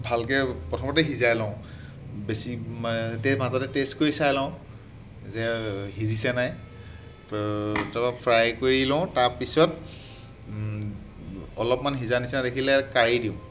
ভালকৈ প্ৰথমতে সিজাই লওঁ বেছি মাজতে টে'ষ্ট কৰি চাই লওঁ যে সিজিছে নে নাই তাপা ফ্ৰাই কৰি লওঁ তাৰপিছত অলপমান সিজা নিচিনা দেখিলে কাঢ়ি দিওঁ